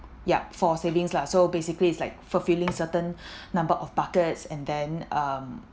ya for savings lah so basically it's like fulfilling certain number of buckets and then um